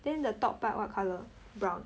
then the top part what colour brown ah